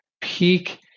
peak